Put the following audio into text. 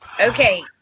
okay